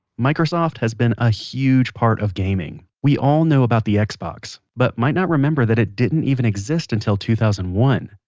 microsoft has been a huge part of gaming. we all know about the xbox, but might not remember that it didn't even exist until two thousand and one,